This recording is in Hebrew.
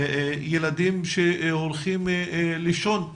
ילדים שהולכים לישון רעבים.